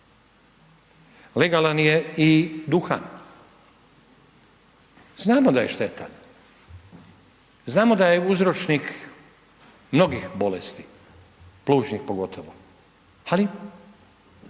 Legalan je i duhan. Znamo da je štetan. Znamo da je uzročnik mnogih bolesti plućnih pogotovo, ali